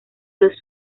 los